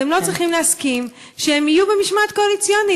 שאתם לא צריכים להסכים שהם יהיו במשמעת קואליציונית.